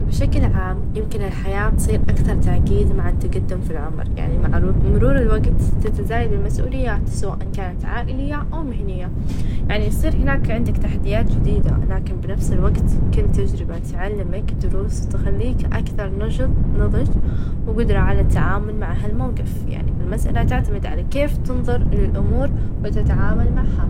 أعتقد في توازن من إثنين الناس عندهم القدرة على إتخاذ قرارات، وتغيير مسار حياتهم، لكن في بعض الأمور تكون خارج سيطرتهم، -ال- القدر يلعب دور بس الإرادة، والتصرفات الشخصية مهمة في تشكيل المستقبل، يعني ممكن نقول إننا نقدر نؤثر على مصائرنا بس مع الإعتراف بوجود عوامل أخرى.